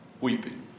weeping